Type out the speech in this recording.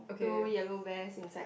two yellow vest inside